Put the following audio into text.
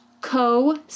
co